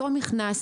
אותו מכנס,